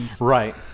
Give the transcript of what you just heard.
Right